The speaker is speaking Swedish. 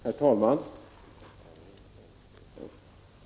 Herr talman!